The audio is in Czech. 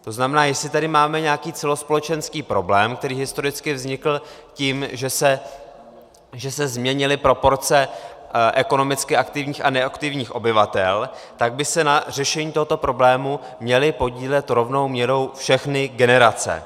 To znamená, jestli tady máme nějaký celospolečenský problém, který historicky vznikl tím, že se změnily proporce ekonomicky aktivních a neaktivních obyvatel, tak by se na řešení tohoto problému měly podílet rovnou měrou všechny generace.